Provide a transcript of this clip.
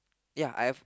ya I have